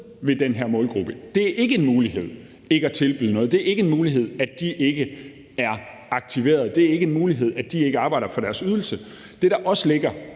ved den her målgruppe. Det er ikke en mulighed ikke at tilbyde noget. Det er ikke en mulighed, at de ikke er aktiveret. Det er ikke en mulighed, at de ikke arbejder for deres ydelse. Det, der også ligger